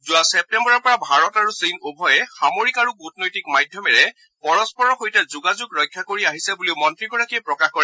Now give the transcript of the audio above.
যোৱা ছেপ্তেঘৰৰ পৰা ভাৰত আৰু চীন উভয়ে সামৰিক আৰু কুটনৈতিক মাধ্যমেৰে পৰস্পৰৰ সৈতে যোগাযোগ ৰক্ষা কৰি আহিছে বুলি মন্ত্ৰীগৰাকীয়ে প্ৰকাশ কৰে